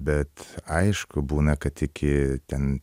bet aišku būna kad iki ten